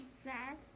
Sad